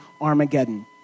Armageddon